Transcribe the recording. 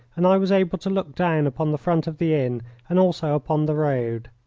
and i was able to look down upon the front of the inn and also upon the road.